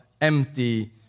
empty